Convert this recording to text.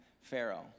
pharaoh